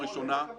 בצפון אין מתקנים?